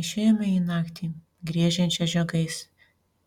išėjome į naktį griežiančią žiogais